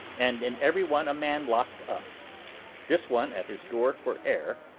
and in every one a man locked up this one at his door for air,